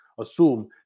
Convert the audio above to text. assume